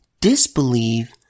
disbelieve